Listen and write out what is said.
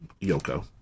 Yoko